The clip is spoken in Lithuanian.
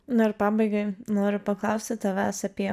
na ir pabaigai noriu paklausti tavęs apie